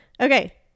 okay